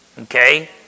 Okay